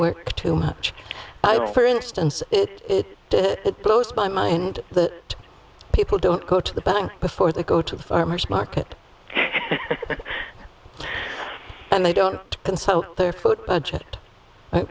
work too much for instance it blows my mind that people don't go to the bank before they go to the farmers market and they don't